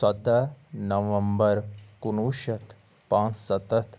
ژۄدہ نَومبر کُنوُہ شیٚتھ پانٛژھ ستَتھ